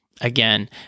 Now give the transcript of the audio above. again